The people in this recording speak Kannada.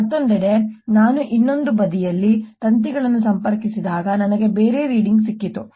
ಮತ್ತೊಂದೆಡೆ ನಾನು ಇನ್ನೊಂದು ಬದಿಯಲ್ಲಿ ತಂತಿಗಳನ್ನು ಸಂಪರ್ಕಿಸಿದಾಗ ನನಗೆ ಬೇರೆ ಓದುವಿಕೆ ಸಿಕ್ಕಿತು